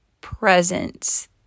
presence